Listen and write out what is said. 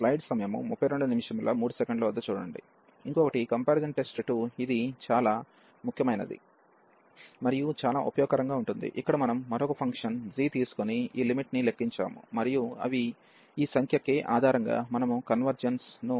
ఇంకొకటి ఈ comparison test 2 ఇది చాలా ముఖ్యమైనది మరియు చాలా ఉపయోగకరంగా ఉంటుంది ఇక్కడ మనం మరొక ఫంక్షన్ g తీసుకొని ఈ లిమిట్ ని లెక్కించాము మరియు అవి ఈ సంఖ్య k ఆధారంగా మనము కన్వెర్జెన్స్ ను ముగించవచ్చు